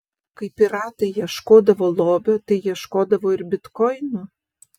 kai piratai ieškodavo lobio tai ieškodavo ir bitkoinų